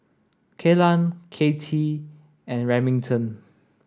Kelan Katy and Remington